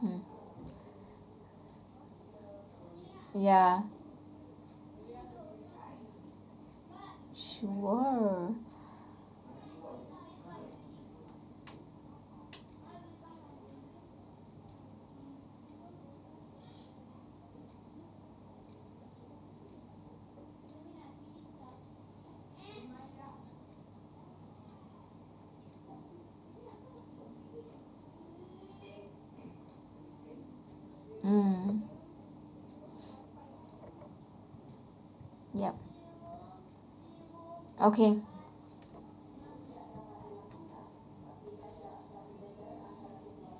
hmm ya sure mm yup okay